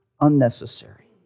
unnecessary